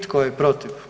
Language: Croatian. Tko je protiv?